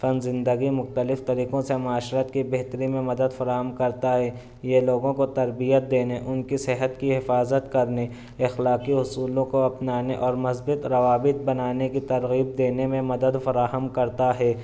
فن زندگی مختلف طریقوں سے معاشرت کی بہتری میں مدد فراہم کرتا ہے یہ لوگوں کو تربیت دینے ان کی صحت کی حفاظت کرنے اخلاقی اصولوں کو اپنانے اور مثبت روابط بنانے کی ترغیب دینے میں مدد فراہم کرتا ہے